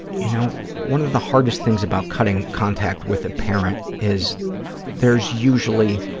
you know, one of the hardest things about cutting contact with a parent is there's usually,